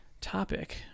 topic